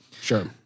sure